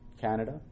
Canada